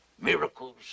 miracles